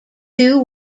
two